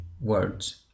words